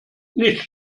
nicht